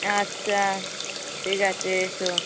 আচ্ছা ঠিক আছে এসো